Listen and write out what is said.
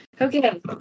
Okay